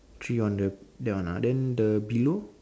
three on the that one ah then the below